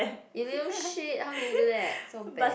you little shit how could you do that so bad